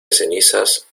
cenizas